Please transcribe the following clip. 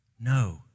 No